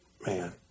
man